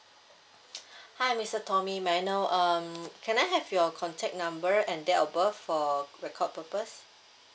hi mister tommy may I know um can I have your contact number and date of birth for record purpose